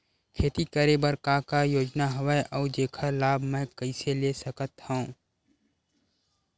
खेती करे बर का का योजना हवय अउ जेखर लाभ मैं कइसे ले सकत हव?